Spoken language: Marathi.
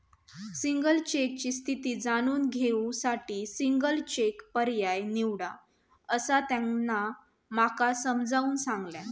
सिंगल चेकची स्थिती जाणून घेऊ साठी सिंगल चेक पर्याय निवडा, असा त्यांना माका समजाऊन सांगल्यान